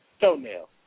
toenail